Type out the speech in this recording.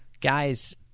Guys